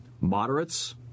moderates